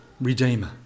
redeemer